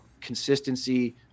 consistency